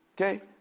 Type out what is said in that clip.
okay